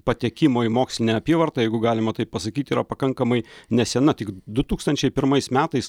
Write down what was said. patekimo į mokslinę apyvartą jeigu galima taip pasakyti yra pakankamai nesena tik du tūkstančiai pirmais metais